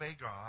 God